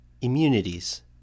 Immunities